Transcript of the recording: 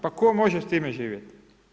Pa tko može s time živjeti.